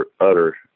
utter